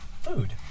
food